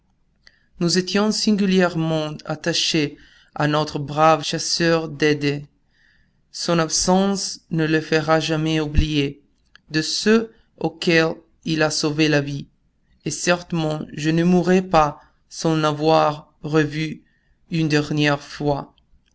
nous étions singulièrement attachés à notre brave chasseur d'eider son absence ne le fera jamais oublier de ceux auxquels il a sauvé la vie et certainement je ne mourrai pas sans l'avoir revu une dernière fois